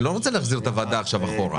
אני לא רוצה להחזיר עכשיו את הוועדה אחורה.